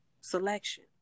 selection